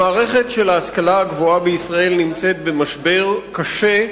המערכת של ההשכלה הגבוהה בישראל נמצאת במשבר קשה,